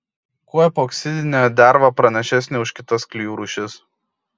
kuo epoksidinė derva pranašesnė už kitas klijų rūšis